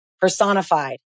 personified